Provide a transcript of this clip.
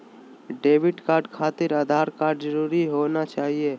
Debit card खातिर Aadhaar card जरूरी होना चाहिए?